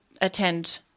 attend